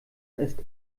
ist